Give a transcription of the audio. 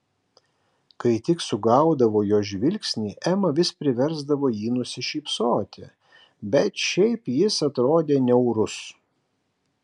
kai tik sugaudavo jo žvilgsnį ema vis priversdavo jį nusišypsoti bet šiaip jis atrodė niaurus